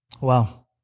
Wow